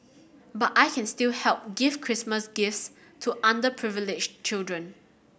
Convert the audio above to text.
but I can still help give Christmas gifts to underprivileged children